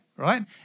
right